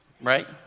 right